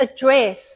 address